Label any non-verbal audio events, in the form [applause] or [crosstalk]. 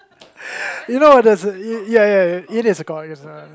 [breath] you know there's a ya ya it is a cock it is a cock